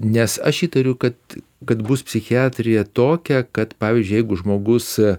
nes aš įtariu kad kad bus psichiatrija tokia kad pavyzdžiui jeigu žmogus